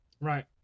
Right